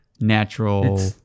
natural